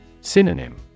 Synonym